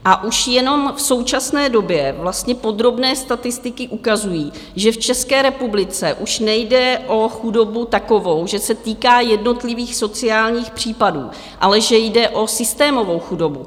A už jenom v současné době podrobné statistiky ukazují, že v České republice už nejde o chudobu takovou, že se týká jednotlivých sociálních případů, ale že jde o systémovou chudobu.